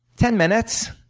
ten minutes.